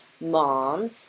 mom